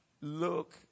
look